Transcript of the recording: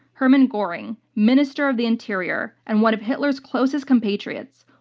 hermann goring, minister of the interior, and one of hitler's closest compatriots,